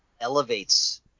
elevates